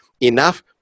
Enough